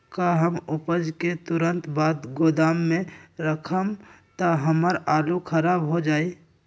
का हम उपज के तुरंत बाद गोदाम में रखम त हमार आलू खराब हो जाइ?